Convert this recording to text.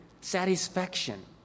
satisfaction